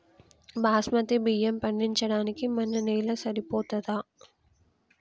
బాస్మతి బియ్యం పండించడానికి మన నేల సరిపోతదా?